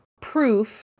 proof